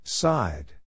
Side